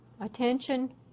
Attention